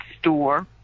store